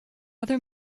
other